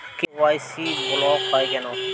KYC block হয় কেনে?